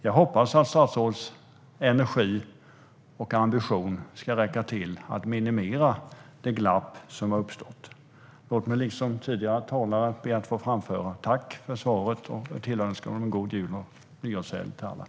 Jag hoppas att statsrådets energi och ambition ska räcka till att minimera det glapp som har uppstått. Låt mig liksom tidigare talare be att få framföra ett tack för svaret och tillönska alla en god jul och nyårshelg!